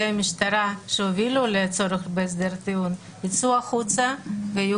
המשטרה שהובילו לצורך בהסדר טיעון יצאו החוצה ויהיו